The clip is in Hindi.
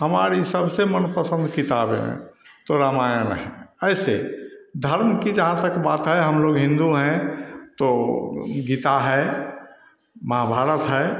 हमारी सबसे मन पसंद किताबें हैं तो रामायण है ऐसे धर्म की जहाँ तक बात है हम लोग हिन्दू हैं तो गीता है महाभारत है